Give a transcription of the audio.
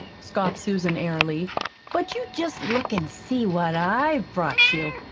scoffed susan airily but you just look an' see what i've brought you!